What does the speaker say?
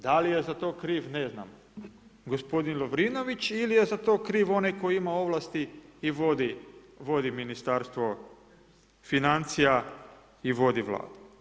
Da li je za to kriv gospodin Lovrinović ili je za to kriv onaj koji ima ovlasti i vodi Ministarstvo financija i vodi Vladu.